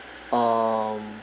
um